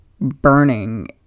burning